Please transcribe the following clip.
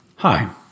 Hi